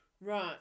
Right